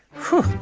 whew.